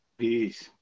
peace